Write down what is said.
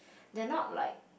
they're not like